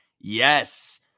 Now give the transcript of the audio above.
Yes